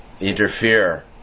interfere